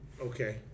Okay